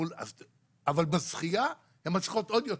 אבל בזכייה הן מצליחות עוד יותר.